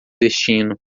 destino